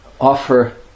offer